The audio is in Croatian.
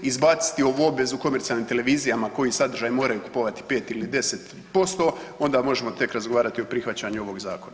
Izbaciti ovu obvezu komercijalnim televizijama koji sadržaj moraju kupovati 5 ili 10%, onda možemo tek razgovarati o prihvaćanju ovoga zakona.